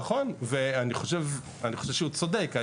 נכון, ואני חושב שהוא צודק.